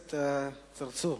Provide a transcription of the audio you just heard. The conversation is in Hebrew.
הכנסת צרצור,